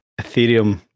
Ethereum